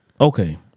Okay